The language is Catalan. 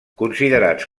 considerats